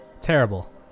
Terrible